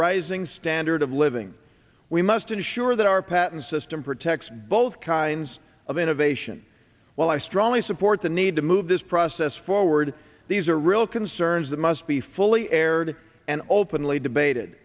rising standard of living we must ensure that our patent system protects both kinds of innovation while i strongly support the need to move this process forward these are real concerns that must be fully aired and openly debated